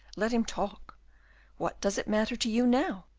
let him talk what does it matter to you now?